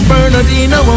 Bernardino